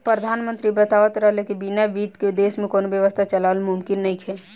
प्रधानमंत्री बतावत रहले की बिना बित्त के देश में कौनो व्यवस्था चलावल मुमकिन नइखे